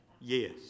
Yes